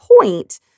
point